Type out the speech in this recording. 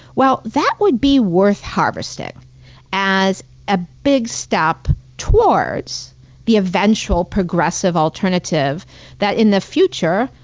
well, that would be worth harvesting as a big step towards the eventual progressive alternative that, in the future,